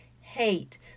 hate